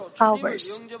hours